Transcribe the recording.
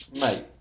Mate